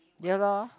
ya loh